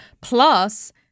plus